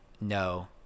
no